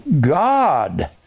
God